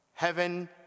Heaven